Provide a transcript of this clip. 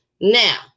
Now